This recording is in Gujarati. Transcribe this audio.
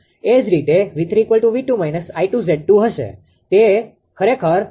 તેથી તે ખરેખર 0